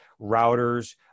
routers